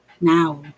now